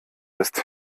ist